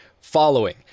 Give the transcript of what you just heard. following